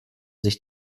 sich